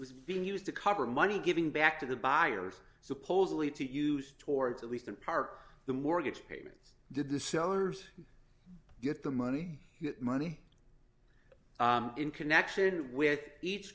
was being used to cover money giving back to the buyers supposedly to use towards at least in part the mortgage payments did the sellers get the money money in connection with each